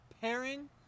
pairing